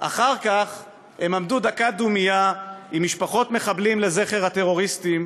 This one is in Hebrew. אחר כך הם עמדו דקת דומייה עם משפחות מחבלים לזכר הטרוריסטים,